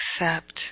accept